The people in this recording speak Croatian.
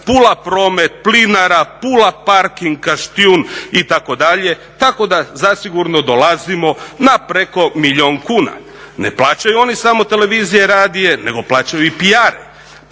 Pula Promet, Plinara, Pula parking Kaštijun itd.. tako da zasigurno dolazimo na preko milijun kuna. Ne plaćaju oni samo televizije, radije nego plaćaju i PR-e.